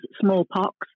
smallpox